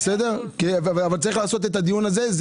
אבל צריך לעשות את הדיון הזה,